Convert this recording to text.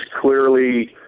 clearly